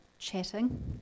chatting